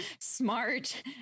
smart